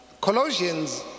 Colossians